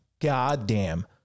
goddamn